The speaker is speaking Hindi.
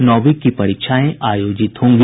नौंवी की परीक्षाएं आयोजित होंगी